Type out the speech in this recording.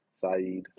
Saeed